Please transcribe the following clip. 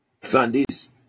Sundays